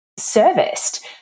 serviced